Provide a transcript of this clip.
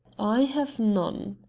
i have none.